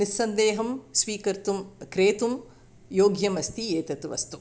निस्सन्देहं स्वीकर्तुं क्रेतुं योग्यमस्ति एतत् वस्तुः